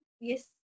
yes